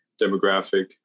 demographic